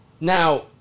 Now